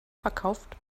verkauft